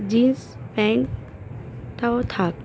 jeans প্যান্টটাও থাক